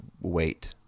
wait